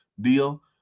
deal